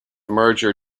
merger